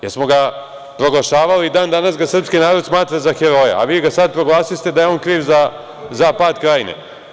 Jesmo li ga proglašavali i dan danas ga srpski narod smatra za heroja, a vi ga sada proglasiste da je on kriv za pad Krajine?